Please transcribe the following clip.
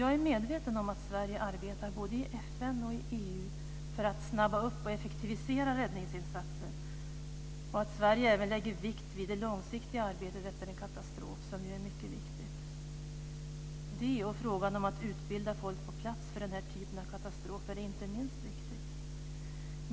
Jag är medveten om att Sverige arbetar både i FN och i EU för att snabba upp och effektivisera räddningsinsatser och att Sverige även lägger vikt vid det långsiktiga arbetet efter en katastrof som ju är mycket viktigt. Detta och frågan om att utbilda folk på plats för den här typen av katastrofer är inte minst viktigt.